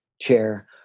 chair